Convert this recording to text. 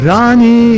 Rani